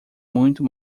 muito